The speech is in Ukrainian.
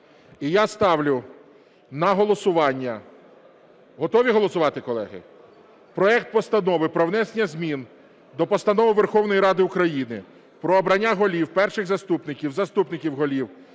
І я ставлю на голосування. Готові голосувати, колеги? Проект Постанови про внесення змін до Постанови Верховної Ради України "Про обрання голів, перших заступників, заступників голів,